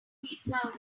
pizza